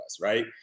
right